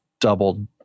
doubled